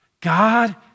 God